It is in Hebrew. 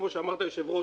כמו שאמרת היושב ראש,